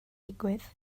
digwydd